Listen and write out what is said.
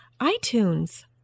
iTunes